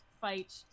fight